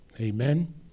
Amen